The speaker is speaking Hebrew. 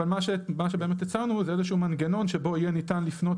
אבל מה שבאמת הצענו זה איזושהי מנגנון שבו ניתן יהיה לפנות